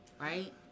right